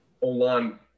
online